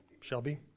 Shelby